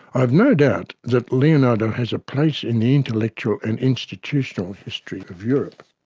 i've no doubt that leonardo has a place in the intellectual and institutional history of europe.